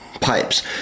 pipes